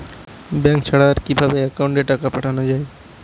Bank ছাড়া আর কিভাবে একাউন্টে টাকা পাঠানো য়ায়?